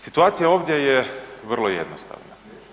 Situacija ovdje je vrlo jednostavna.